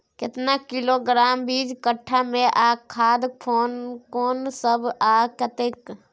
केतना किलोग्राम बीज कट्ठा मे आ खाद कोन सब आ कतेक?